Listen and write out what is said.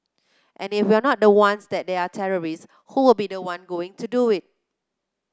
and if we're not the ones and there are terrorists who will be the ones going to do it